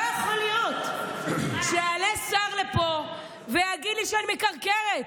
לא יכול להיות שיעלה שר לפה ויגיד לי שאני מקרקרת.